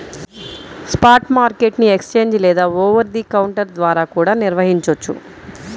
spot market ని exchange లేదా over the counter ద్వారా కూడా నిర్వహించొచ్చు